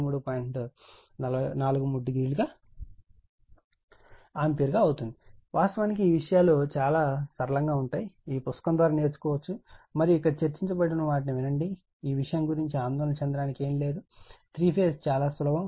430 ampere అవుతుంది వాస్తవానికి ఈ విషయాలు చాలా సరళంగా ఉంటాయి ఈ పుస్తకం ద్వారా నేర్చుకోండి మరియు ఇక్కడ చర్చించబడిన వాటిని వినండి మరియు ఈ విషయం గురించి ఆందోళన చెందడానికి ఏమీ లేదు 3 ఫేజ్ చాలా సులభం